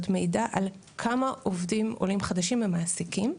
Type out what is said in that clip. מידע על כמה עובדים עולים חדשים הם מעסיקים.